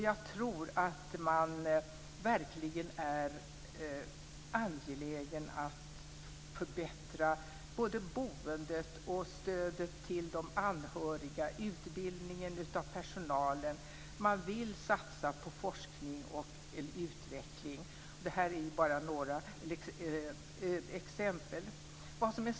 Jag tror att man verkligen är angelägen om att förbättra boendet och stödet till de anhöriga, utbildningen av personalen, man vill satsa på forskning och utveckling. Det är bara några exempel.